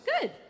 Good